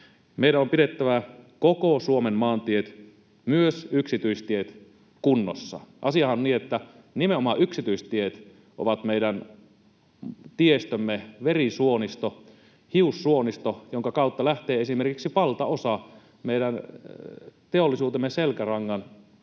Meidän on pidettävä koko Suomen maantiet, myös yksityistiet, kunnossa. Asiahan on niin, että nimenomaan yksityistiet ovat meidän tiestömme verisuonisto, hiussuonisto, jonka kautta lähtee esimerkiksi valtaosa meidän teollisuutemme selkärangan,